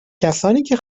کسانیکه